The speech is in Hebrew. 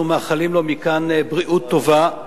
אנחנו מאחלים לו מכאן בריאות טובה.